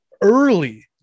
early